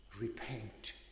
Repent